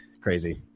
crazy